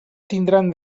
tindran